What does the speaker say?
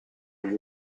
gli